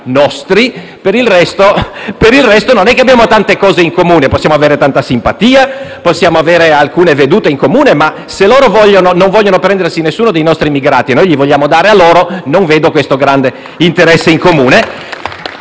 immigrati, per il resto non abbiamo tante cose in comune. Possiamo avere tanta simpatia e alcune vedute in comune: se però non vogliono prendersi nessuno dei nostri immigrati, che noi invece vogliamo dare loro, non vedo il grande interesse in comune.